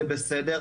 זה בסדר.